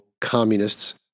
communists